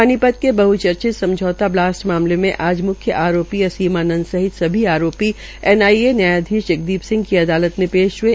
पानीपत के बहचर्चित समझौता ब्लास्ट मामले में आज म्ख्य आरोपी असीमानंद सहित सभी आरोपियो एनआईए न्यायधीश जगदीप सिह की अदालत में पेश हये